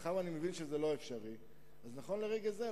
אבל מאחר שאני מבין שזה בלתי אפשרי ברגע זה,